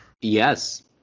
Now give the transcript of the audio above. Yes